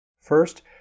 first